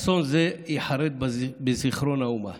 אסון זה ייחרת בזיכרון האומה